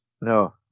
No